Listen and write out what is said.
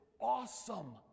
awesome